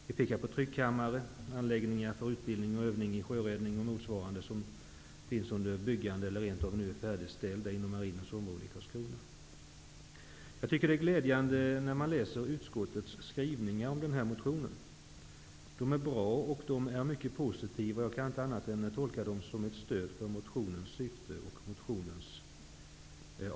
På platsen finns en tryckkammare, och inom marinens område i Karlskrona pågår uppbyggnad av en anläggning för utbildning och övning i sjöräddning, om den inte rent av nu är färdigställd. Det är glädjande att läsa utskottets skrivningar om min motion. De är bra och mycket positiva. Jag kan inte annat än tolka dem såsom ett stöd för motionens syfte.